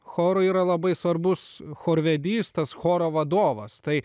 chorui yra labai svarbus chorvedys tas choro vadovas tai